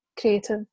creative